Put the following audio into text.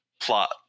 plot